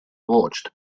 watched